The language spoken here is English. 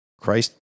Christ